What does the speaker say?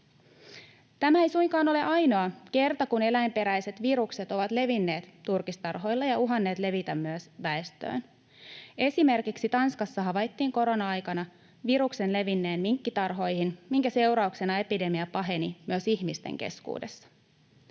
Tämä ei suinkaan ole ainoa kerta, kun eläinperäiset virukset ovat levinneet turkistarhoilla ja uhanneet levitä myös väestöön. Esimerkiksi Tanskassa havaittiin korona-aikana viruksen levinneen minkkitarhoihin, minkä seurauksena epidemia paheni myös ihmisten keskuudessa.